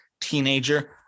teenager